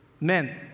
Men